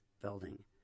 building